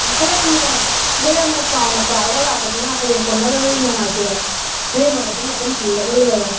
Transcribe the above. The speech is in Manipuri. ꯈꯔ ꯌꯥꯝꯅ ꯈꯔ ꯌꯥꯝꯅ ꯆꯥꯎꯅ ꯄꯥꯔꯒ ꯂꯥꯛꯄꯁꯤꯅ ꯍꯌꯦꯡ ꯀꯣꯟꯅꯗ꯭ꯔꯗꯤ ꯅꯨꯡꯉꯥꯏꯇꯦ ꯂꯦꯝꯃꯒ ꯑꯗꯨꯝ ꯑꯗꯨꯝ ꯍꯜꯂꯒ ꯂꯣꯏꯔꯦ